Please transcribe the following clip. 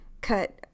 cut